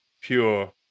pure